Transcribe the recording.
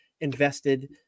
invested